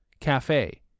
cafe